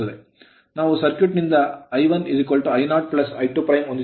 ನಾವು ಸರ್ಕ್ಯೂಟ್ ನಿಂದ I1 I0 I2 ಹೊಂದಿದ್ದೇವೆ